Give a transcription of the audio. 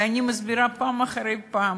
ואני מסבירה פעם אחרי פעם,